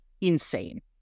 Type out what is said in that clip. insane